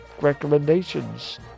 recommendations